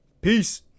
Peace